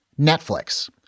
Netflix